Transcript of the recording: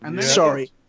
Sorry